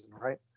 right